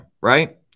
right